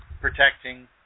protecting